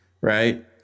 right